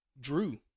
drew